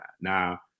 Now